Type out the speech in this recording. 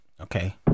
Okay